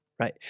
Right